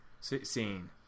scene